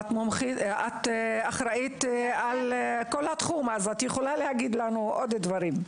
אבל את אחראית על כל התחום ואת יכולה להגיד לנו עוד דברים.